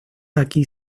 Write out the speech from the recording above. aquí